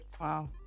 Wow